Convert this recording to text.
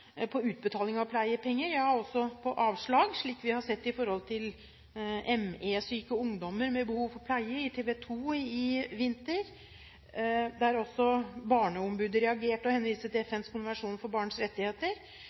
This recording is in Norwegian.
på ME-syke ungdommer med behov for pleie, der Barneombudet reagerte og henviste til FNs konvensjon for barns rettigheter,